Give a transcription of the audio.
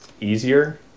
easier